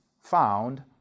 found